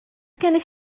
gennych